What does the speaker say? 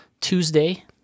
Tuesday